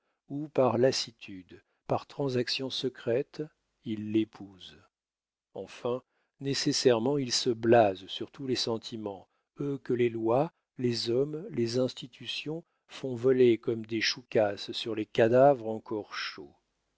ou par lassitude par transaction secrète ils l'épousent enfin nécessairement ils se blasent sur tous les sentiments eux que les lois les hommes les institutions font voler comme des choucas sur les cadavres encore chauds